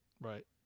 Right